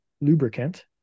lubricant